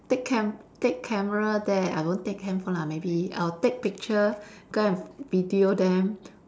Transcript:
take cam~ take camera there I don't take handphone lah maybe I'll take picture go and video them